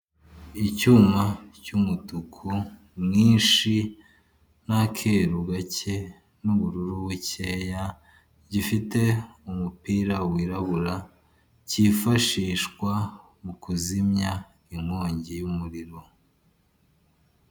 Icyuma cy'umutuku mwinshi n'akeru gake n'ubururu bukeya gifite umupira wirabura, cyifashishwa mu kuzimya inkongi y'umuriro.